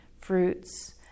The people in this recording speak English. fruits